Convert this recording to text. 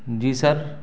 جی سر